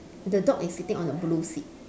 the dog is sitting on a blue seat